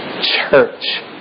church